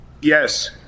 yes